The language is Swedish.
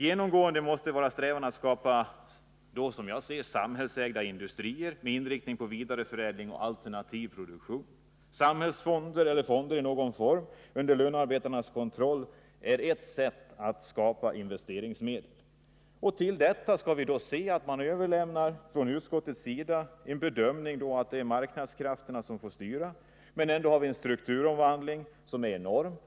Genomgående måste strävan vara att skapa nya samhällsägda industrier med inriktning på vidareförädling och alternativ produktion. Samhällsfonder eller fonder i någon form under lönearbetarnas kontroll är ett sätt att skapa investeringsmedel. Det är mot bakgrund av detta som vi skall se utskottets bedömning att marknadskrafterna får styra. Men ändå har vi en strukturomvandling som är enorm.